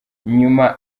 nyuma